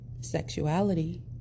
sexuality